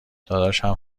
داداشم